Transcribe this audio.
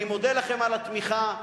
אני מודה לכם על התמיכה.